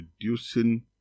reducing